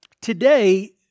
Today